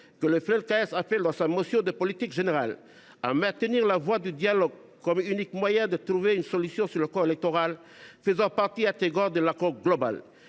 que le FLNKS appelle, dans sa motion de politique générale, à maintenir la voie du dialogue comme unique moyen de trouver une solution sur le corps électoral dans le cadre d’un accord global.